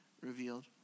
revealed